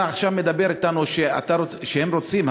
אתה עכשיו אומר לנו שהם רוצים,